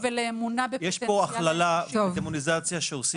יש פה הכללה ודמוניזציה שעושים,